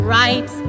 right